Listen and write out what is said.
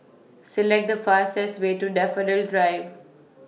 Select The fastest Way to Daffodil Drive